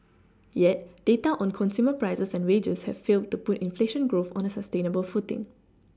yet data on consumer prices and wages have failed to put inflation growth on a sustainable footing